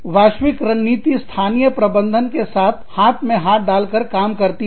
वैश्विक रणनीति स्थानीय प्रबंधन के साथ हाथ में हाथ डाल कर काम करती है